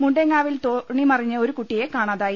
മുണ്ടേങ്ങാവിൽ തോണി മറിഞ്ഞ് ഒരു കുട്ടിയെ കാണാതായി